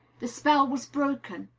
the spell was broken.